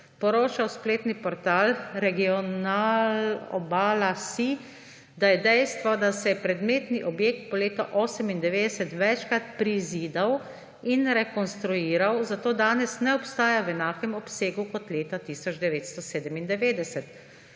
poročal spletni portal Regionalobala.si, da je dejstvo, da se je predmetni objekt po letu 1998 večkrat prizidal in rekonstruiral, zato danes ne obstaja v enakem obsegu kot leta 1997.